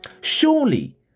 Surely